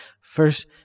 first